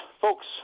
folks